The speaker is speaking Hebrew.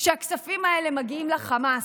שהכספים האלה מגיעים לחמאס.